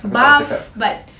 buff but lean